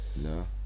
No